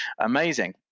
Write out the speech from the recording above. amazing